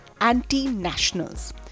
anti-nationals